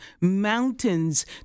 mountains